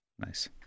Nice